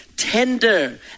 tender